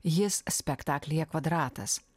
jis spektaklyje kvadratas